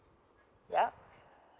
ya